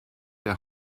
der